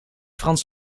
frans